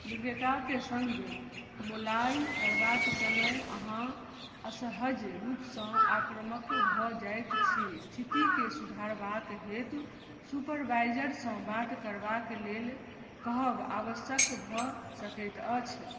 विक्रेताक सङ्ग मोलाइ करबाक समय अहाँ असहज रूपसँ आक्रामक भऽ जाइत छी स्थितिकेँ सुधारबाक हेतु सुपरवाइजर सँ बात करबाक लेल कहब आवश्यक भऽ सकैत अछि